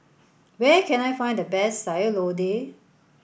where can I find the best Sayur Lodeh